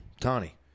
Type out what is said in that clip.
Tony